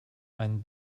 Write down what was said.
einen